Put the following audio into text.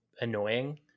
annoying